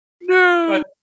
No